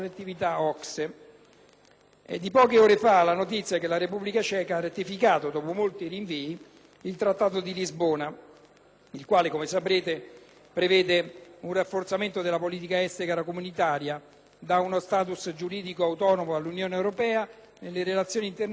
È di poche ore fa la notizia che la Repubblica Ceca ha ratificato, dopo molti rinvii, il Trattato di Lisbona, che, come ricorderete, prevede un rafforzamento della politica estera comunitaria, dà uno *status* giuridico autonomo all'Unione europea nelle relazioni internazionali e rivaluta